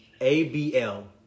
A-B-L